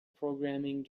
programming